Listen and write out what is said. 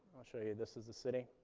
i'll show you. this is the city.